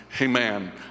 Amen